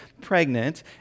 pregnant